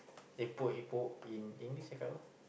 epok-epok in English cakap apa